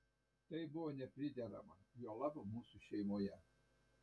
tai buvo nepriderama juolab mūsų šeimoje